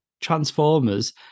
Transformers